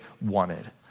wanted